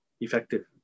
effective